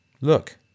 Look